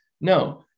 No